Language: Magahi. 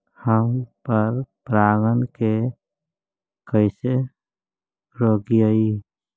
हम पर परागण के कैसे रोकिअई?